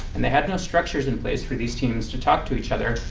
and they had no structures in place for these teams to talk to each other.